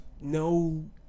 no